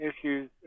issues